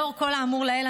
לאור כל האמור לעיל,